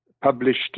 published